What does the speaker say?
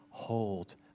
hold